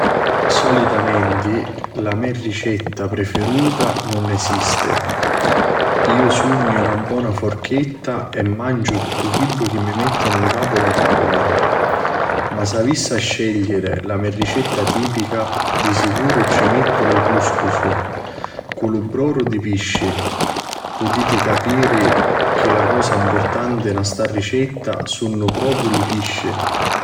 Solitamenti la me ricetta preferuta nun esiste. iu sugnu na bona furchetta e manciu tuttu chiddu chi mi mettinu ncapu la tavula. Ma S'avissi a scegliiri la me ricetta tipica di sicuru ci mettu lu cùscusu cu lu broru di pisci. Putiti capiri chi la cosa mpurtanti nta sta ricetta sunnu propriu li pisci.